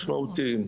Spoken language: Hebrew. משמעותיים.